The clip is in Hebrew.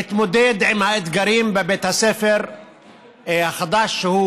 להתמודד עם האתגרים בבית הספר החדש שהוא